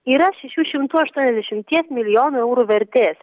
yra šešių šimtų aštuoniasdešimties milijonų eurų vertės